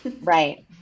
right